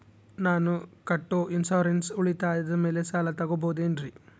ನಾನು ಕಟ್ಟೊ ಇನ್ಸೂರೆನ್ಸ್ ಉಳಿತಾಯದ ಮೇಲೆ ಸಾಲ ತಗೋಬಹುದೇನ್ರಿ?